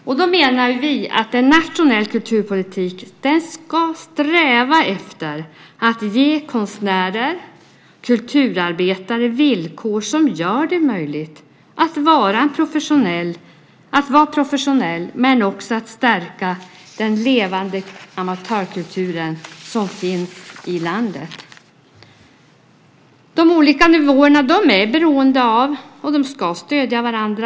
Därför menar vi att en nationell kulturpolitik ska sträva efter att ge konstnärer och kulturarbetare villkor som gör det möjligt för dem att vara professionella samt stärka den levande amatörkultur som finns i landet. De olika nivåerna är beroende av och ska stödja varandra.